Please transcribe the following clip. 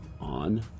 on